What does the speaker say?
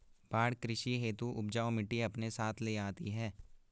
बाढ़ कृषि हेतु उपजाऊ मिटटी अपने साथ ले आती है